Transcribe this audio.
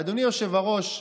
אדוני היושב-ראש,